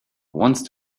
once